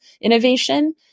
innovation